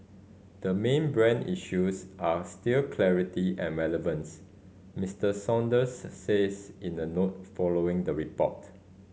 the main brand issues are still clarity and relevance Mister Saunders says in a note following the report